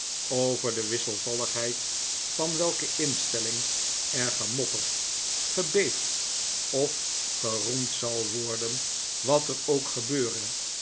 over de wisselvalligheid van welke instelling er gemopperd gebeefd of geroemd zal worden wat er ook gebeure